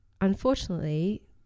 unfortunately